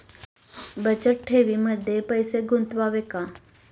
बचत ठेवीमध्ये पैसे गुंतवावे का?